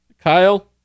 Kyle